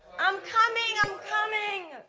i'm coming, i'm coming!